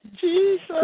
Jesus